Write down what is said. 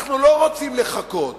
אנחנו לא רוצים לחכות.